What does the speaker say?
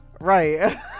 Right